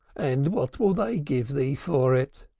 and what will they give thee for it?